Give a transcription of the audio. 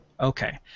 Okay